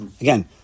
Again